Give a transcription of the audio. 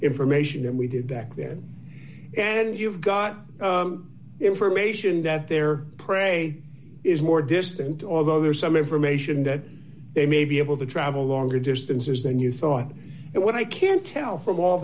information than we did back then and you've got the information that their prey is more distant although there's some information that they may be able to travel longer distances than you thought and what i can tell from all